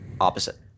opposite